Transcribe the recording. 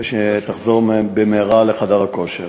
ושתחזור במהרה לחדר הכושר.